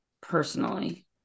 personally